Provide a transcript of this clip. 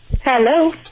Hello